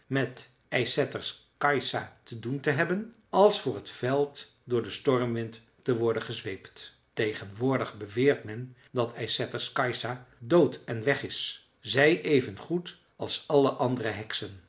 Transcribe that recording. met ysätters kajsa te doen te hebben als voor t veld door den stormwind te worden gezweept tegenwoordig beweert men dat ysätters kajsa dood en weg is zij even goed als alle andere heksen